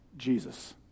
Jesus